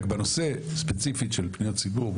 רק בנושא ספציפית של פניות ציבור,